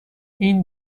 این